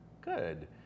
good